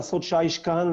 לעשות שיש כאן,